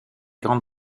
grande